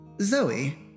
Zoe